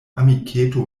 amiketo